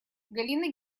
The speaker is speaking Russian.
галина